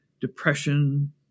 depression